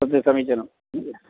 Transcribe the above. तद् समीचीनं